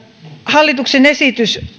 hallituksen esitys